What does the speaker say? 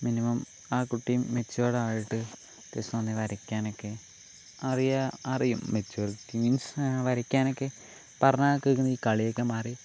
minimum ആ കുട്ടി മെച്യൂഡായിട്ട് അത്യാവശ്യം നന്നായി വരക്കാനൊക്കെ അറിയാ അറിയും മെച്യൂരിറ്റി മീൻസ് വരക്കാനൊക്കെ പറഞ്ഞാൽ കേക്കുന്ന ഈ കളിയൊക്കെ മാറി